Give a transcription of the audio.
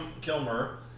Kilmer